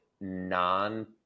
non